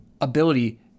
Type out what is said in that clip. ability